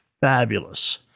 fabulous